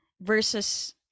versus